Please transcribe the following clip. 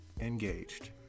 engaged